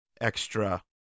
extra